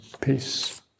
peace